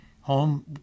home